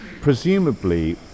Presumably